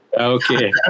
okay